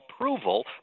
approval